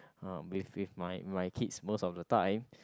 uh with with my my kids most of the time